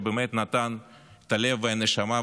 שנתן את הלב ואת הנשמה,